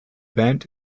band